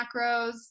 macros